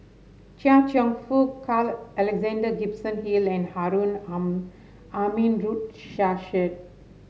Chia Cheong Fook Carl Alexander Gibson Hill and Harun Aminurrashid